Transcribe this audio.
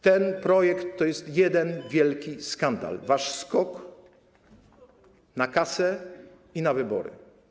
Ten projekt to jest jeden wielki skandal, wasz skok na kasę i na wybory.